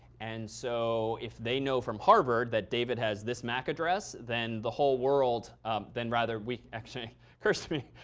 and so if they know from harvard that david has this mac address, then the whole world then rather we actually it occurs to me,